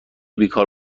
بیکار